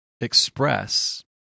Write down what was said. express